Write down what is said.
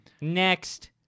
Next